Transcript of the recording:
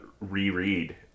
reread